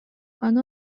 ону